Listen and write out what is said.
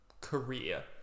career